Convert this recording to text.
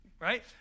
right